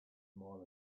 mile